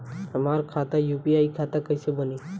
हमार खाता यू.पी.आई खाता कइसे बनी?